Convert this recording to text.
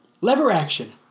lever-action